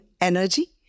energy